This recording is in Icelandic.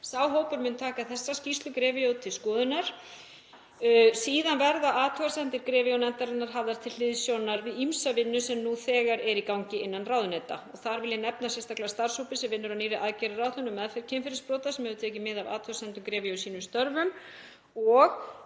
Sá hópur mun taka þessa skýrslu GREVIO til skoðunar. Síðan verða athugasemdir GREVIO-nefndarinnar hafðar til hliðsjónar við ýmsa vinnu sem nú þegar er í gangi innan ráðuneyta. Þar vil ég nefna sérstaklega starfshóp sem vinnur að nýrri aðgerðaáætlun um meðferð kynferðisbrota, sem hefur tekið mið af athugasemdum GREVIO í sínum störfum.